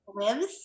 lives